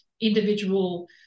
individual